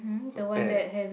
a pear